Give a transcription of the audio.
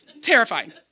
Terrifying